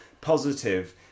positive